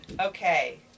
Okay